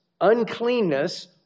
uncleanness